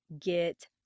get